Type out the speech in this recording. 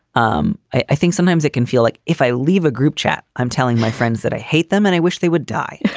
um i i think sometimes it can feel like if i leave a group chat, i'm telling my friends that i hate them and i wish they would die.